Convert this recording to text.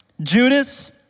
Judas